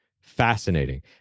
fascinating